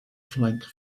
flank